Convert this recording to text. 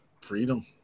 freedom